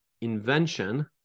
invention